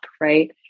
right